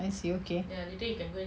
I see okay